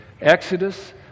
Exodus